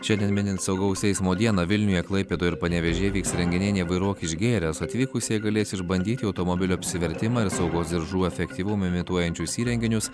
šiandien minint saugaus eismo dieną vilniuje klaipėdoje ir panevėžyje vyks renginiai nevairuok išgėręs atvykusieji galės išbandyti automobilio apsivertimą ir saugos diržų efektyvumą imituojančius įrenginius